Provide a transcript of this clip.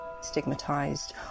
stigmatized